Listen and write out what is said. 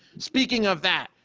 speaking of that,